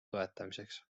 toetamiseks